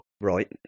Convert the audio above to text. Right